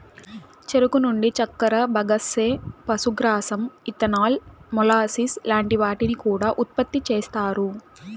చెరుకు నుండి చక్కర, బగస్సే, పశుగ్రాసం, ఇథనాల్, మొలాసిస్ లాంటి వాటిని కూడా ఉత్పతి చేస్తారు